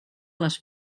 les